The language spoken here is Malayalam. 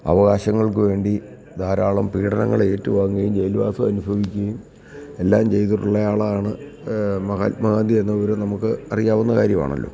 അവകാശങ്ങൾക്ക് വേണ്ടി ധാരാളം പീഡനങ്ങൾ ഏറ്റു വാങ്ങുകയും ജയിൽ വാസം അനുഭവിക്കുകയും എല്ലാം ചെയ്തിട്ടുള്ളയാളാണ് മഹാത്മാഗാന്ധി എന്ന വിവരം നമുക്ക് അറിയാവുന്ന കാര്യമാണല്ലോ